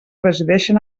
resideixen